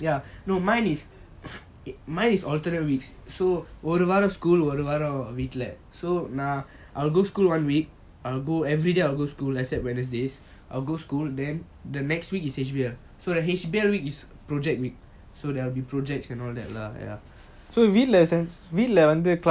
ya no mine is mine is alternate weeks so ஒரு வரம்:oru varam school ஒரு வரம் வீட்டுல:oru varam veetula so நான் வந்து:naan vanthu I will go school one week I will go everyday I go school except wednesdays I will go school then the next week is H_B_L so the H_B_L week is project week so there will be projects and all that lah ya